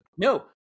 no